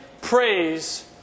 praise